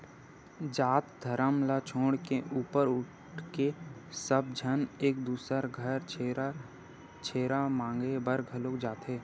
जात धरम ल छोड़ के ऊपर उठके सब झन एक दूसर घर छेरछेरा मागे बर घलोक जाथे